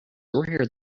rare